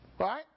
Right